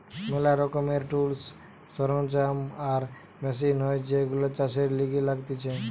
ম্যালা রকমের টুলস, সরঞ্জাম আর মেশিন হয় যেইগুলো চাষের লিগে লাগতিছে